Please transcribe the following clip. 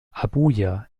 abuja